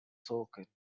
talking